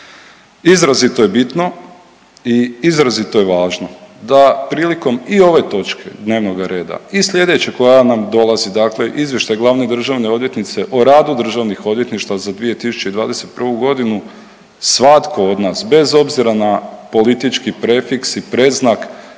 Izrazito je bitno i izrazito je važno da prilikom i ove točke dnevnoga reda i sljedeće koja nam dolazi, dakle Izvještaj glavne državne odvjetnice o radu državnih odvjetništava za 2021. g. svatko od nas bez obzira na politički prefiks i predznak